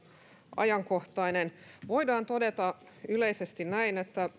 ajankohtainen voidaan todeta yleisesti näin että